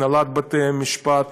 הנהלת בתי-המשפט,